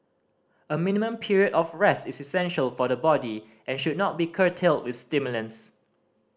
a minimum period of rest is essential for the body and should not be curtailed with stimulants